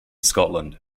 scotland